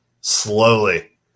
Slowly